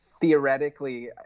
theoretically